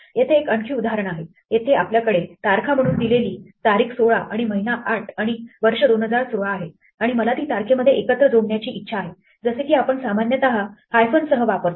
येथे आणखी एक उदाहरण आहे येथे आपल्याकडे तारखा म्हणून दिलेली तारीख 16 आणि महिना 08 आणि वर्ष 2016 आहे आणि मला ती तारखेमध्ये एकत्र जोडण्याची इच्छा आहे जसे की आपण सामान्यतः हायफनसह वापरतो